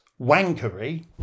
wankery